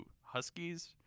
Huskies